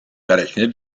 berechne